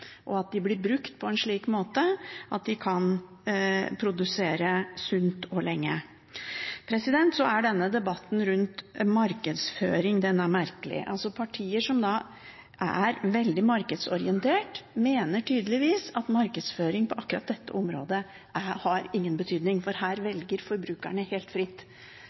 og at de blir brukt på en slik måte at de kan produsere sunt og lenge. Så er denne debatten rundt markedsføring merkelig. Partier som er veldig markedsorientert, mener tydeligvis at markedsføring på akkurat dette området ikke har noen betydning, for her velger forbrukerne helt fritt.